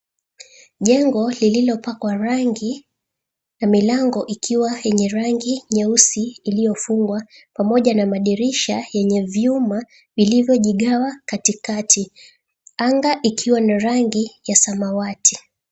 Jengo lililopakwa rangi na milango ikiwa yenye rangi nyeusi iliofungwa pamoja na madirisha yenye vyuma vilivyojigawa katikati. Anga ikiwa na rangi ya samawati.